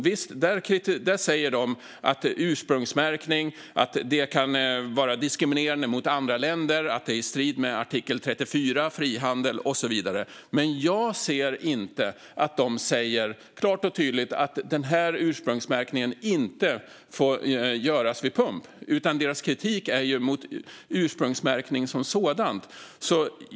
Visst, där säger de att ursprungsmärkning kan vara diskriminerande mot andra länder, att det är i strid med artikel 34 om frihandel och så vidare. Men jag ser inte att de klart och tydligt säger att ursprungsmärkningen inte får finnas vid pump, utan deras kritik är ju mot ursprungsmärkning som sådan.